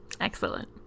Excellent